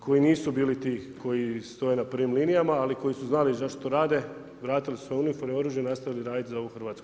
Koji nisu bili ti koji stoje na prvim linijama, ali koji su znali zašto rade, vratili su se u uniforme, oružju i nastavili raditi za ovu Hrvatsku.